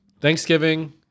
Thanksgiving